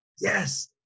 Yes